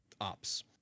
ops